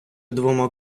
двома